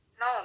No